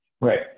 Right